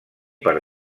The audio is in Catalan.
per